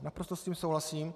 Naprosto s tím souhlasím.